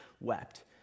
wept